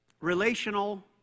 relational